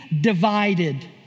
divided